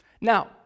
Now